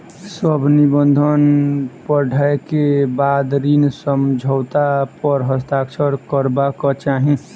सभ निबंधन पढ़ै के बाद ऋण समझौता पर हस्ताक्षर करबाक चाही